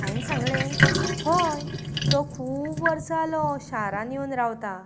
हांवें सांगलें हय तो खूब वर्सां जालो शारान येवून रावता